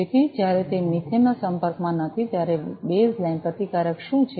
તેથી જ્યારે તે મિથેનનો સંપર્કમાં નથી ત્યારે બેઝલાઇન પ્રતિકાર શું છે